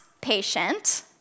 patient